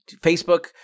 Facebook